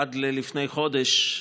עד לפני חודש,